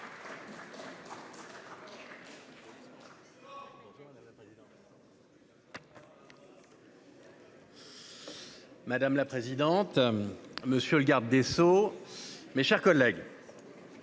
Madame la présidente, monsieur le garde des sceaux, mes chers collègues,